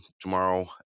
tomorrow